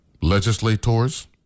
legislators